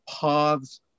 paths